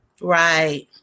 Right